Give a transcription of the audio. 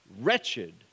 wretched